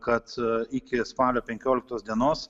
kad iki spalio penkioliktos dienos